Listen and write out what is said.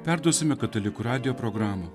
perduosime katalikų radijo programą